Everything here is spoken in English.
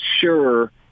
sure